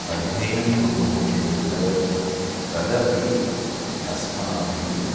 अध्ययनं कुर्मः चेत् तदपि अस्माभिः